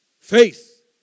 Faith